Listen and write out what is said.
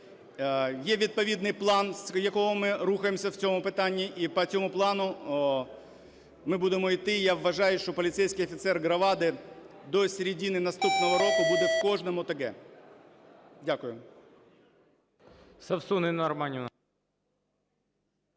Є відповідний план, з якого ми рухаємося в цьому питанні. І по цьому плану ми будемо іти. Я вважаю, що поліцейський офіцер громади до середини наступного року буде в кожному ОТГ. Дякую.